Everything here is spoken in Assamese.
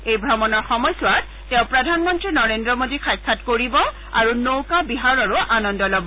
এই ভ্ৰমণৰ সময়ছোৱাত তেওঁ প্ৰধানমন্ত্ৰী নৰেন্দ্ৰ মোডীক সাক্ষাৎ কৰিব আৰু নৌকা বিহাৰৰো আনন্দ ল'ব